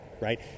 right